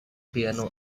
piano